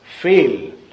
fail